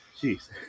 Jeez